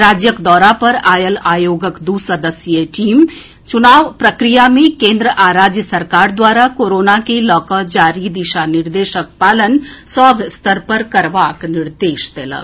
राज्यक दौरा पर आयल आयोगक दू सदस्यीय टीम चुनाव प्रक्रिया मे केन्द्र आ राज्य सरकार द्वारा कोरोना के लऽकऽ जारी दिशा निर्देशक पालन सभ स्तर पर करबाक निर्देश देलक